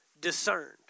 discerned